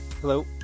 Hello